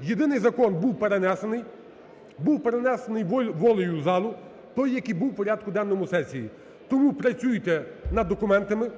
Єдиний закон був перенесений, був перенесений волею залу, той, який був в порядку денному сесії. Тому працюйте над документами,